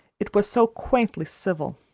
it was so quaintly civil.